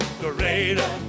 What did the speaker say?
greater